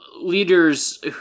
leaders